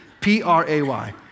P-R-A-Y